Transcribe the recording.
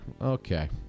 okay